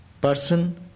person